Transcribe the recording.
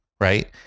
right